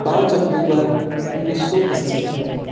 پانچ اکتوبر انّیس سو اسّی